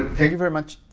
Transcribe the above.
thank you very much.